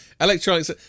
Electronics